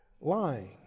Lying